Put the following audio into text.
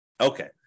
Okay